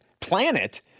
planet